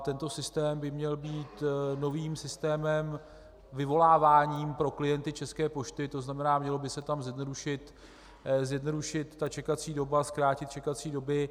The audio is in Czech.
Tento systém by měl být novým systémem, vyvoláváním pro klienty České pošty, tzn. měla by se tam zjednodušit čekací doba, zkrátit čekací doba.